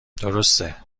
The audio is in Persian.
درسته